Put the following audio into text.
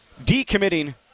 decommitting